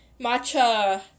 matcha